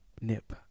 Nip